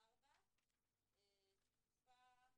4. תקופה